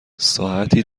ساعتی